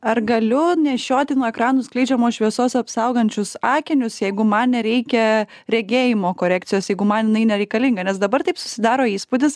ar galiu nešioti nuo ekranų skleidžiamos šviesos apsaugančius akinius jeigu man nereikia regėjimo korekcijos jeigu man jinai nereikalinga nes dabar taip susidaro įspūdis